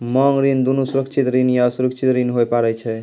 मांग ऋण दुनू सुरक्षित ऋण या असुरक्षित ऋण होय पारै छै